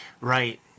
right